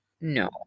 no